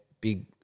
Big